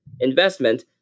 investment